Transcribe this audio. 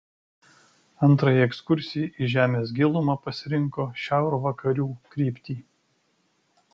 antrajai ekskursijai į žemės gilumą pasirinko šiaurvakarių kryptį